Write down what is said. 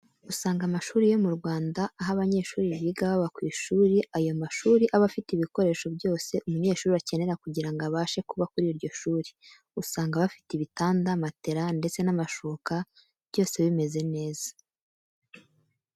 Usanga amashuri yo mu Rwanda aho abanyeshuri biga baba ku ishuri, ayo mashuri aba afite ibikoresho byose umunyeshuri akenera kugira ngo abashe kuba kuri iryo shuri. Usanga bafite ibitanda, matera, ndetse n'amashuka byose bimeze neza.